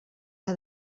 que